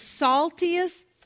saltiest